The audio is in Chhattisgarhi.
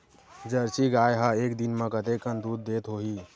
जर्सी गाय ह एक दिन म कतेकन दूध देत होही?